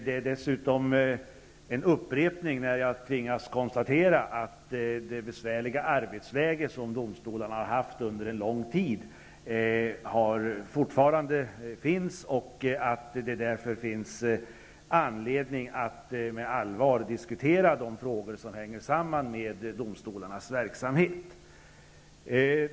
Det är dessutom en upprepning när jag tvingas konstatera att det besvärliga arbetsläge som domstolarna har haft under en lång tid fortfarande föreligger, och att det därför finns anledning att med allvar diskutera de frågor som hänger samman med domstolarnas verksamhet.